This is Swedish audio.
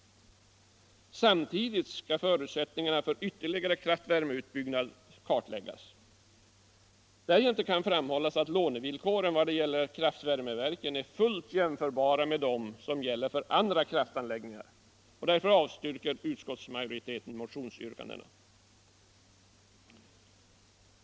Samtidigt skall förutsättningarna för ytterligare kraftvärmeutbyggnad kartläggas. Därjämte kan framhållas att lånevillkoren vad gäller kraftvärmeverken är fullt jämförbara med dem som gäller för andra kraftanläggningar, varför utskottsmajoriteten avstyrker motionsyrkandena.